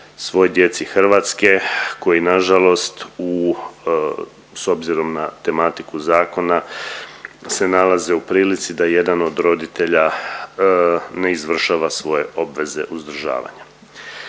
svoj djeci Hrvatske koji nažalost u, s obzirom na tematiku zakona se nalaze u prilici da jedan od roditelja ne izvršava svoje obveze uzdržavanja.